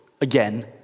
again